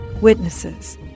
witnesses